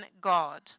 God